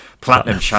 Platinum